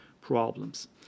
problems